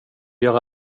göra